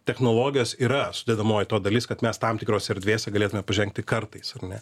technologijos yra sudedamoji to dalis kad mes tam tikrose erdvėse galėtume pažengti kartais ar ne